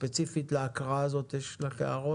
ספציפית לנוסח הזה יש לך הערות?